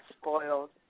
spoiled